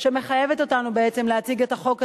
מחייבת אותנו בעצם להציג את החוק הזה,